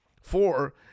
Four